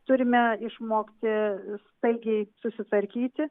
turime išmokti staigiai susitvarkyti